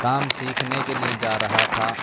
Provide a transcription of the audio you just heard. کام سیکھنے کے لیے جا رہا تھا